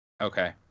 Okay